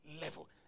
level